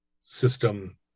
system